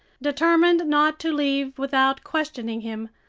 determined not to leave without questioning him,